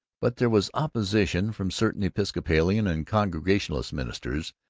but there was opposition from certain episcopalian and congregationalist ministers,